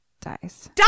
Dies